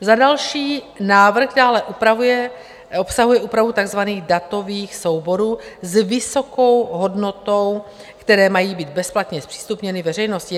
Za další, návrh dále obsahuje úpravu takzvaných datových souborů s vysokou hodnotou, které mají být bezplatně zpřístupněny veřejnosti.